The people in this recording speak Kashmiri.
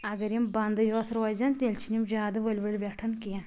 اگر یِم بنٛدٕے یوت روزیٚن تیٚلہِ چھِنہٕ یِم زیٛادٕ ؤلۍ ؤلۍ ویٚٹھان کیٚنٛہہ